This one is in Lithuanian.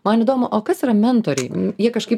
man įdomu o kas yra mentoriai jie kažkaip